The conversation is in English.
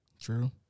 True